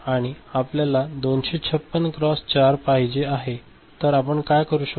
आणि आपल्याला 256 क्रॉस 4 पाहिजे आहे तर आपण काय करू